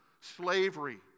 slavery